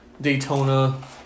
Daytona